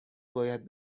باید